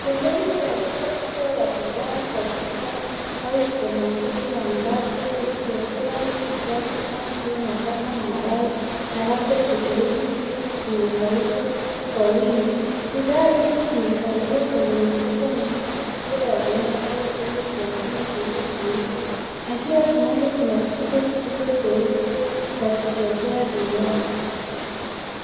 Sehemu ya duka kubwa la bidhaa za jumla au supamaketi ambapo vyakula vikavu kama vile nafaka maharagwe na labda chokoleti chipsi zimekaushwa kwa wingi. Bidhaa hizo zimehifadhiwa kwenye mifuko mikubwa ya gunia au vyombo vya chuma vilivyofunikwa na kila kimoja kina kijiko cheupe cha kuchotea bidhaa.